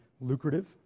lucrative